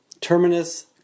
Terminus